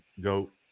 goat